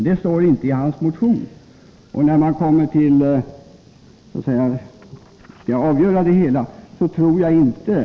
Det återfinns inte i hans motion.